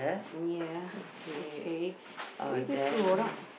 ya okay can we go through or not